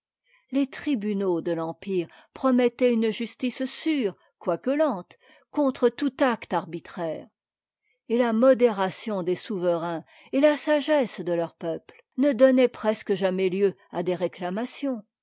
les tribunaux de j'empire promettaient une justice sûre quoique tente contre tout acte arbitraire et la modération des souverains et la sagesse de leurs peuples ne donnaient presque jamais lieu à des réclamations